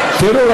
תראו,